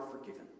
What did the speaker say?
forgiven